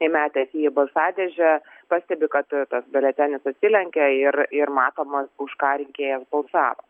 įmetęs jį į balsadėžę pastebi kad tas biuletenis atsilenkia ir ir matoma už ką rinkėjas balsavo